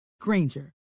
Granger